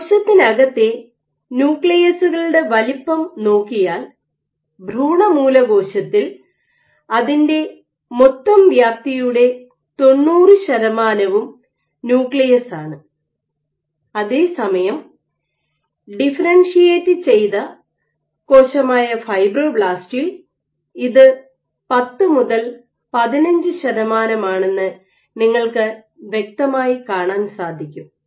കോശത്തിനകത്തെ ന്യൂക്ലിയസ്സുകളുടെ വലിപ്പം നോക്കിയാൽ ഭ്രൂണമൂലകോശത്തിൽ അതിൻറെ മൊത്തം വ്യാപ്തിയുടെ 90 ശതമാനവും ന്യൂക്ലിയസ് ആണ് അതേസമയം ഡിഫറെൻഷിയേറ്റ് ചെയ്ത കോശമായ ഫൈബ്രോബ്ലാസ്റ്റിൽ ഇത് 10 മുതൽ 15 ശതമാനമാണെന്ന് നിങ്ങൾക്ക് വ്യക്തമായി കാണാൻ സാധിക്കും